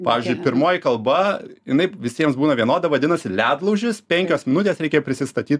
pavyzdžiui pirmoji kalba jinai visiems būna vienoda vadinasi ledlaužis penkios minutės reikia prisistatyt